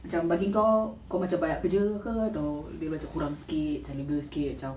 macam bagi kau kau macam banyak kerja atau lebih macam kurang sikit macam lega sikit macam